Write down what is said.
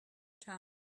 time